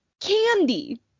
candy